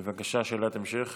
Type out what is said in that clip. בבקשה, שאלת המשך.